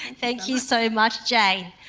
and thank you so much, jane.